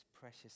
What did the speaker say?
precious